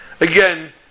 Again